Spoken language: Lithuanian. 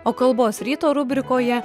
o kalbos ryto rubrikoje